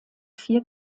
vier